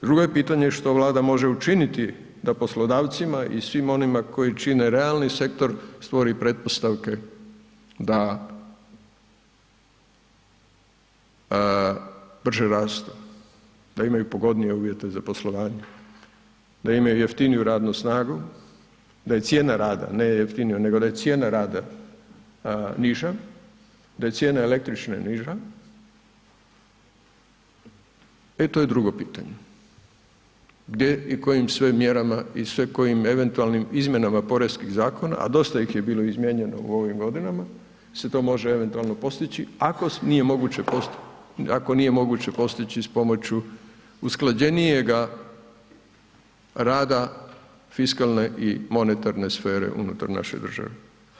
Drugo je pitanje što Vlada može učiniti da poslodavcima i svim onima koji čine realni sektor, stvori pretpostavke da, bržeg rasta, da imaju pogodnije uvjete za poslovanje, da imaju jeftiniju radnu snagu, da je cijena rada, ne jeftiniju, nego da je cijena rada niža, da je cijena električne niža, e to je drugo pitanje, gdje i kojim sve mjerama i sve kojim eventualnim izmjenama poreskih zakona, a dosta ih je bilo izmijenjeno u ovim godinama, se to može eventualno postići, ako nije moguće postići s pomoću usklađenijega rada fiskalne i monetarne sfere unutar naše države.